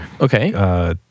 Okay